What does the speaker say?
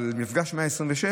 לגבי מפגש 126,